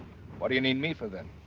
what do you need me for, then?